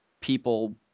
people